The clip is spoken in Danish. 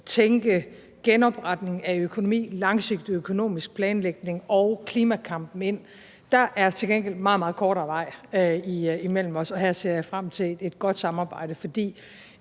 tænke genopretning af økonomien gennem en langsigtet økonomisk planlægning ind i klimakampen, er der til gengæld meget, meget kortere vej imellem os. Her ser jeg frem til et godt samarbejde. Jeg